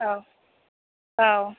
औ औ